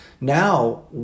Now